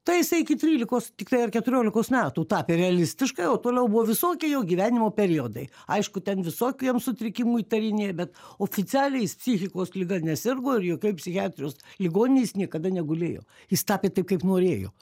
tai jisai iki trylikos tiktai ar keturiolikos metų tapė realistiškai o toliau buvo visokie jo gyvenimo periodai aišku ten visokių jam sutrikimų įtarinė bet oficialiai jis psichikos liga nesirgo ir jokioj psichiatrijos ligoninėj jis niekada negulėjo jis tapė taip kaip norėjo